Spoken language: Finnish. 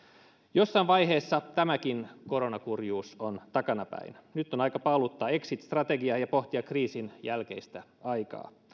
jossain vaiheessa tämäkin koronakurjuus on takanapäin nyt on aika paaluttaa exit strategia ja pohtia kriisin jälkeistä aikaa